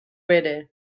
bere